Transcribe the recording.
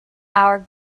our